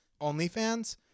OnlyFans